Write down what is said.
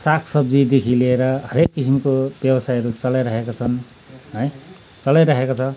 सागसब्जीदेखि लिएर हरेक किसिमको व्यवसायहरू चलाइरहेको छन् है चलाइरहेको छ